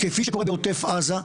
כפי שקורה בעוטף עזה.